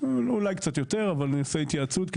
אולי קצת יותר, אבל נעשה התייעצות.